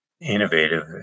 innovative